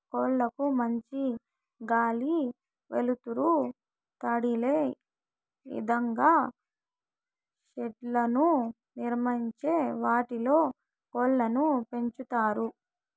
కోళ్ళ కు మంచి గాలి, వెలుతురు తదిలే ఇదంగా షెడ్లను నిర్మించి వాటిలో కోళ్ళను పెంచుతారు